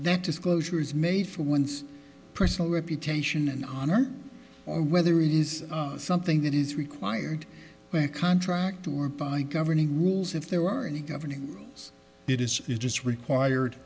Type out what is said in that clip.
that disclosure is made for one's personal reputation and honor or whether it is something that is required by contract or by governing rules if there are any governing it is is just required